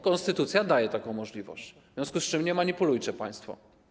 Konstytucja daje taką możliwość, w związku z czym nie manipulujcie państwo.